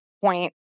point